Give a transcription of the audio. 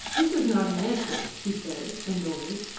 this is not an answer, he said, annoyed.